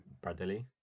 Bradley